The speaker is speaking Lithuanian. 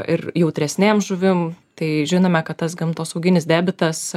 ir jautresnėm žuvim tai žinome kad tas gamtosauginis debitas